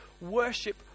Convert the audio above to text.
worship